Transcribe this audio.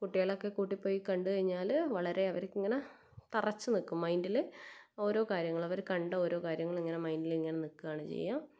കുട്ടികളൊക്കെ കൂട്ടി പോയി കണ്ട് കഴിഞ്ഞാൽ വളരെ അവർക്ക് ഇങ്ങനെ തറച്ച് നിൽക്കും മൈൻറ്റിൽ ഓരോ കാര്യങ്ങൾ അവർ കണ്ട ഓരോ കാര്യങ്ങളും ഇങ്ങനെ മൈൻറ്റിൽ ഇങ്ങനെ നിൽക്കുകയാണ് ചെയ്യുക